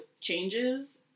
changes